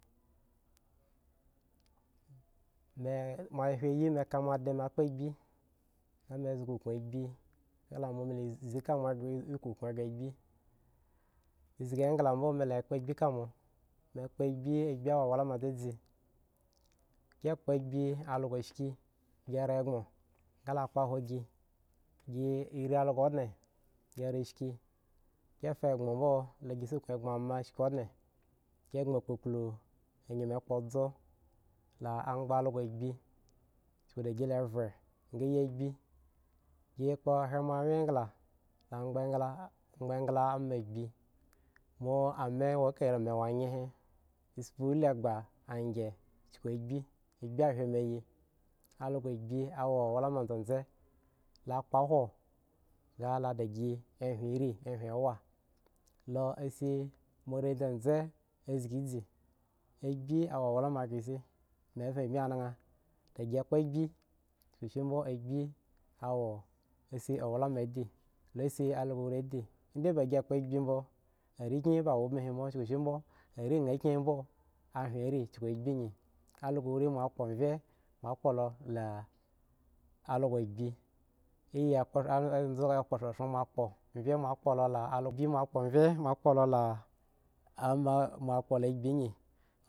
me moa wen ayi me ka moa dime akpo agbi nga me zga ukun agbi kala moa me la zi ka moa kunkun ghre azbi zgi engla mbo me la kpo agbi ka moa me kpo agbi wo owlama dzedze ki kpo aghi algo shiki si ragbon nga lo kpohwo si gi irii also gi rashiki gi fa gbodmbo gi lo sikun gboŋ ma shki ondne, gi rashinki gi fa gboŋmbo gi lo sikuŋ ma shki ondne gi gboŋ kpukplu enyema kpotso la angba algo agbi chuku da gi la phen nga yi agbi gi kpo hre moawye engla la angba engla anga engla ama agbi moa a ma wo eka me wo nye he etspi in egba angyen dinku agbi agbi wen me ayi also agbi awo owlama ma dzedze la kpohwo nga lo da gi hwen rii a hwen wa lo asi moae dzedze azgi idzi agbi awo owlama ghre isin me veŋŋ ami anan da gi kpo agbi chukushi mbo agbi awo asi owlama adi lo si algo rii di nda ba gi kpo agbi mbo arekyen ba wo ubin hi mbo chuku shi mbo are nha kyen mbo a hwen rii chuhu agbi gi. algo rii moa kpo mrye moa kpola algo agbi eyi agbro azabu agbrorhorhon moa kpo mrge moa kpo lo la algo mrye moa kpolo la algo agbi ngyi.